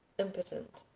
impotent.